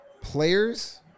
players